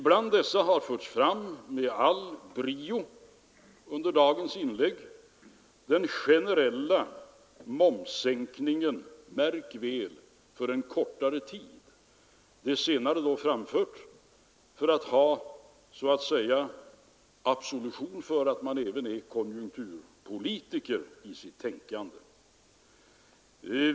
Bland dessa har under dagens inlägg med all brio förts fram den generella momssänkningen, märk väl under kortare tid — det senare framfört för att ge intryck av att man även är konjunkturpolitiker i sitt tänkande.